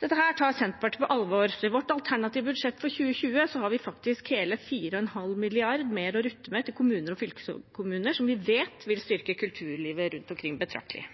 Dette tar Senterpartiet på alvor, så i vårt alternative statsbudsjett for 2020 har vi faktisk hele 4,5 mrd. kr mer å rutte med til kommuner og fylkeskommuner, noe vi vet vil styrke kulturlivet rundt omkring betraktelig.